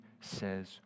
says